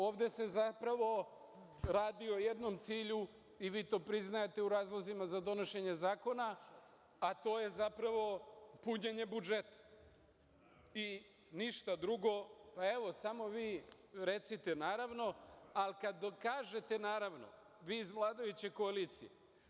Ovde se zapravo radi o jednom cilju i vi to priznajete u razlozima za donošenje zakona, a to je zapravo punjenje budžeta i ništa drugo, a evo, samo vi recite, naravno, ali kada dokažete, naravno, vi iz vladajuće koalicije.